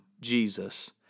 Jesus